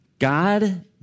God